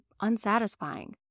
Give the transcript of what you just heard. unsatisfying